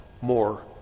more